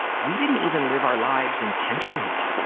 we didn't even live our lives intentionally.